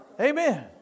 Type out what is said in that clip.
Amen